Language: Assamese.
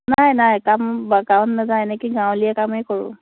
নাই নাই কাম বা নাযায় এনেকি গাঁৱলীয়া কামেই কৰোঁ